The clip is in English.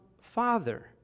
Father